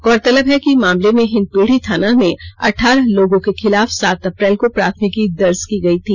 गौरतलब है कि मामले में हिन्दपीढ़ी थाना में अठ्ठारह लोगों के खिलाफ सात अप्रैल को प्राथमिकी दर्ज की गयी थी